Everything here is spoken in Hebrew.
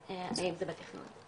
הצעירים, האם זה בתכנון?